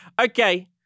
Okay